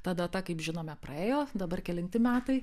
ta data kaip žinome praėjo dabar kelinti metai